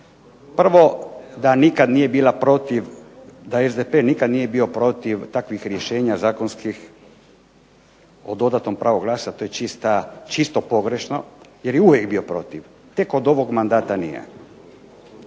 Prvo, da SDP nikad nije bio protiv takvih rješenja zakonskih o dodatnom pravu glasu to je čisto pogrešno jer je uvijek bio protiv, tek od ovog mandata nije.